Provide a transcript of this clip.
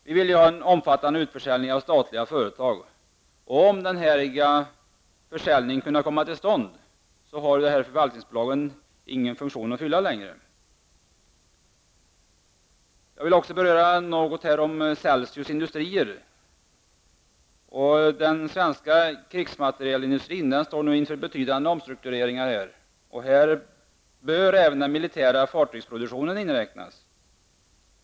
Vi vill ha en omfattande utförsäljning av statliga företag. Om denna försäljning skulle kunna komma till stånd har förvaltningsbolaget ingen funktion att fylla längre. Jag vill också något beröra Celcius Industrier. Den svenska krigsmaterielindustrin står nu inför betydande omstruktureringar. Här bör även den militära fartygsproduktionen inräknas.